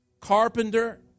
carpenter